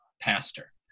pastor